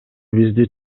бизди